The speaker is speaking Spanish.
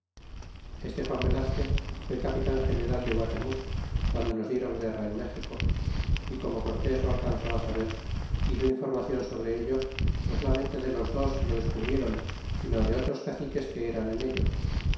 este juan velazquez fué capitan general de guatemuz guando nos dieron guerra en méxico y como cortés lo alcanzó á saber hizo informacion sobre ello no solamente de los dos que lo descubrieron sino de otros caciques que eran en ello